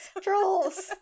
Trolls